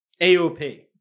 AOP